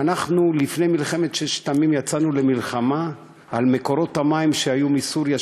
לפני מלחמת ששת הימים יצאנו למלחמה על מקורות המים מסוריה,